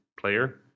player